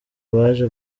baje